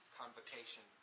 convocation